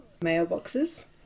mailboxes